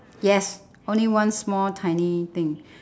yes only one small tiny thing